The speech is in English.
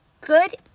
good